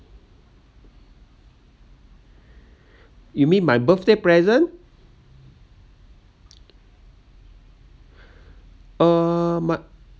you mean my birthday present uh my